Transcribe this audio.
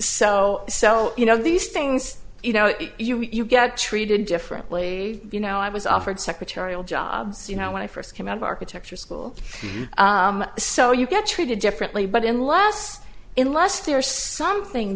so so you know these things you know you get treated differently you know i was offered secretarial jobs you know when i first came out of architecture school so you get treated differently but in lust in lust there is something